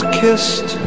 kissed